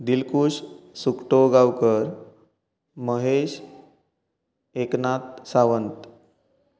Dilkush Sukto Gaonkar Mahesh Eknath Sawant